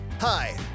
Hi